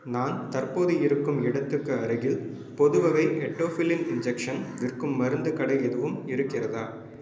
நான் தற்போது இருக்கும் இடத்துக்கு அருகில் பொதுவகை எட்டோஃபில்லின் இன்ஜெக்ஷன் விற்கும் மருந்துக் கடை எதுவும் இருக்கிறதா